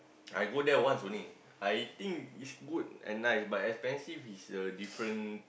I go there once only I think is good and nice but expensive is a different